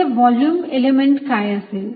येथे volume element काय असेल